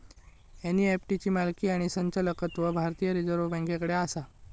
NEFT ची मालकी आणि संचालकत्व भारतीय रिझर्व बँकेकडे आसा